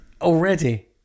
already